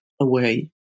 away